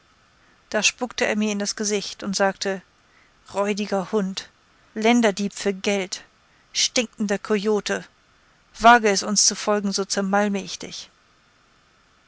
da spuckte er mir in das gesicht und sagte räudiger hund länderdieb für geld stinkender coyote wage es uns zu folgen so zermalme ich dich